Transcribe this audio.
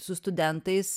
su studentais